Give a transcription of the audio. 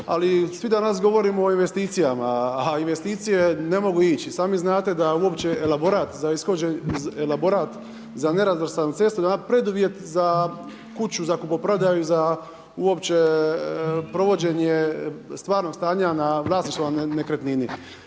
ali svi danas govorimo o investicijama, a investicije ne mogu ići. I sami znate da elaborat za nerazvrstanu cestu jedan preduvjet za kuću za kupoprodaju, za uopće provođenje stvarnog stanja vlasništvo nad nekretninom.